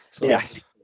Yes